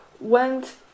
went